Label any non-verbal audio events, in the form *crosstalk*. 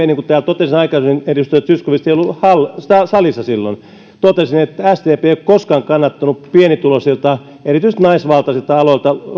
*unintelligible* niin kuin täällä aikaisemmin totesin edustaja zyskowicz ei ollut täällä salissa silloin sdp ei ole koskaan kannattanut pienituloisilta erityisesti naisvaltaisilta aloilta